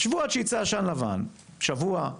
שבו עד שייצא עשן לבן, שבוע,